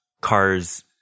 cars –